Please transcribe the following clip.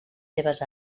seves